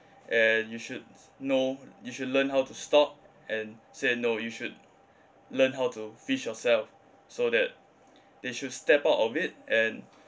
and you should know you should learn how to stop and say no you should learn how to fish yourself so that they should step out of it and